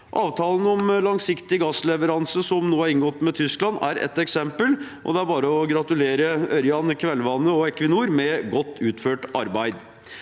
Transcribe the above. Avtalen om langsiktig gassleveranse som nå er inngått med Tyskland, er ett eksempel, og det er bare å gratulere Ørjan Kvelvane og Equinor med godt utført arbeid.